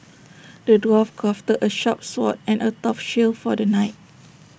the dwarf crafted A sharp sword and A tough shield for the knight